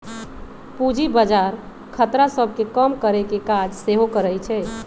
पूजी बजार खतरा सभ के कम करेकेँ काज सेहो करइ छइ